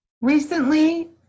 Recently